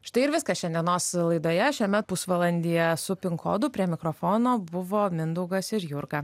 štai ir viskas šiandienos laidoje šiame pusvalandyje su pin kodu prie mikrofono buvo mindaugas ir jurga